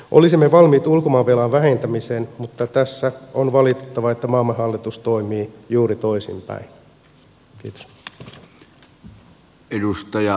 olisimme valmiit ulkomaanvelan vähentämiseen mutta tässä on valitettavaa että maamme hallitus toimii juuri toisin päin